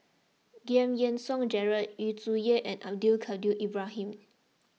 Giam Yean Song Gerald Yu Zhuye and Abdul Kadir Ibrahim